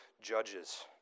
judges